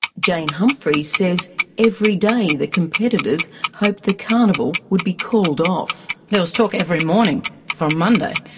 jane humphries says every day the competitors hoped the carnival would be called off. there was talk every morning from monday.